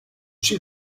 she